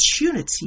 opportunity